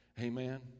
amen